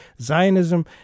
Zionism